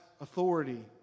authority